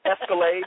Escalade